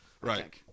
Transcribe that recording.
Right